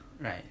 Right